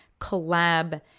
collab